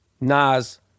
Nas